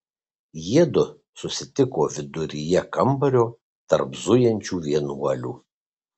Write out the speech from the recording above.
jiedu susitiko viduryje kambario tarp zujančių vienuolių